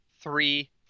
three